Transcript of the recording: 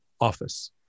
office